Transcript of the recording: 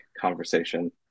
conversation